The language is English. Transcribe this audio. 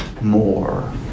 more